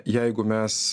jeigu mes